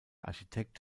architekt